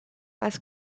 als